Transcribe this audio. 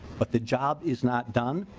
but the job is not done.